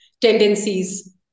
tendencies